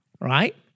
right